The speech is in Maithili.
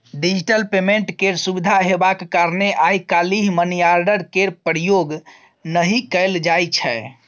डिजिटल पेमेन्ट केर सुविधा हेबाक कारणेँ आइ काल्हि मनीआर्डर केर प्रयोग नहि कयल जाइ छै